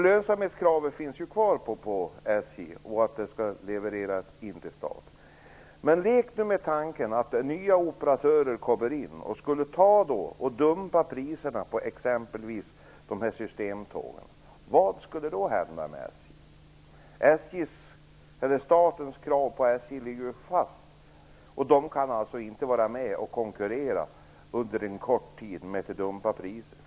Lönsamhetskraven finns ju kvar på SJ. Men lek nu med tanken att nya operatörer kommer in och dumpar priserna på exempelvis systemtågen. Vad skulle då hända med SJ? Statens krav på SJ ligger ju fast. SJ kan alltså inte vara med och konkurrera under en kort tid med dumpade priser.